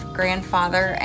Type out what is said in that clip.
grandfather